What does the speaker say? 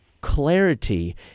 clarity